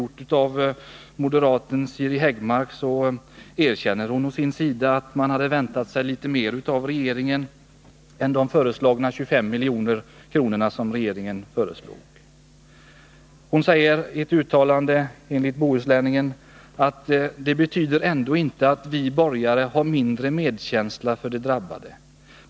Moderaten Siri Häggmark erkänner enligt ett uttalande i Bohusläningen att hon hade väntat sig litet mer i regeringens förslag än 25 milj.kr. Hon fortsätter på följande sätt: ”- Detta betyder ändå inte att vi borgare har mindre medkänsla för de drabbade.